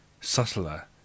subtler